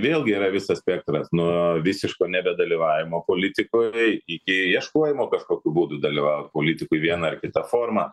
vėlgi yra visas spektras nuo visiško nebe dalyvavimo politikoj iki ieškojimo kažkokiu būdu dalyvaut politikoj viena ar kita forma